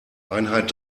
einheit